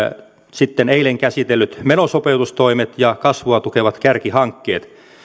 sitten eilen käsitellyt menosopeutustoimet ja kasvua tukevat kärkihankkeet